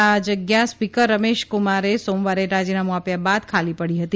આ જગ્યા સ્પીકર રમેશકુમારે સોમવારે રાજીનામું આપ્યા બાદ ખાલી પડી હતી